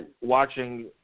Watching